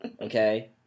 Okay